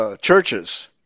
churches